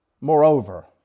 Moreover